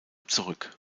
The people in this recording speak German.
zurück